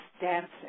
dancing